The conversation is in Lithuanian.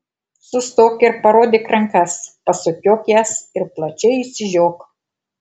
sustok ir parodyk rankas pasukiok jas ir plačiai išsižiok